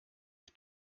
die